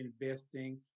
investing